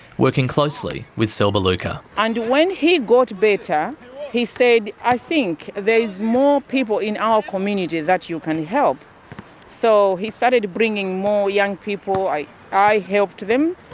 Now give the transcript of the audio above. working closely with selba luka. and when he got better he said, i think there is more people in our community that you can kind of help so he started bringing more young people, i i helped them.